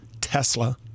Tesla